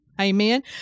Amen